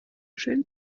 schönen